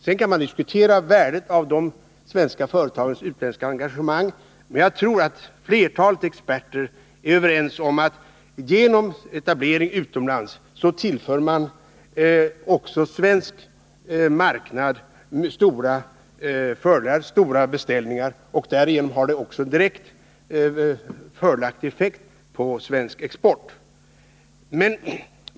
Sedan kan man diskutera värdet av de svenska företagens utländska engagemang, men jag tror att flertalet experter är överens om att genom etablering utomlands tillför man också den svenska marknaden stora beställningar, vilket har en fördelaktig effekt på den svenska exporten.